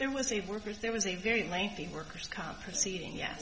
there was a workers there was a very lengthy worker's comp proceeding ye